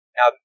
Now